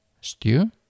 stew